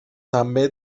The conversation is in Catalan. també